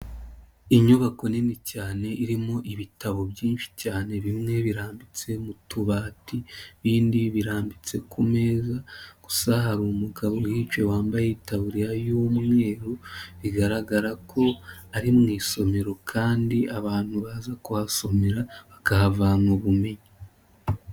Inyubako nini cyane irimo ibitabo byinshi cyane, bimwe birambitse mu tubati, ibindi birambitse ku meza, gusa hari umugabo uhicaye wambaye itaburiya y'umweru, bigaragara ko ari mu isomero kandi abantu baza kuhasomera bakahavana ubumenyi.